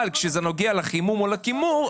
אבל כשזה נוגע לחימום או לקירור,